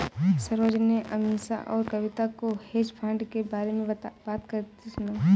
सरोज ने अमीषा और कविता को हेज फंड के बारे में बात करते सुना